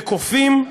ו"קופים",